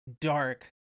dark